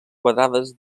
quadrades